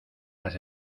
las